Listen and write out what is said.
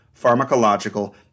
pharmacological